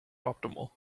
optimal